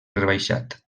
rebaixat